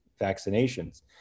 vaccinations